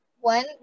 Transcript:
one